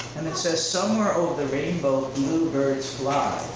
and it says somewhere over the rainbow bluebirds fly.